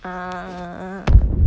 ah